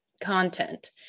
content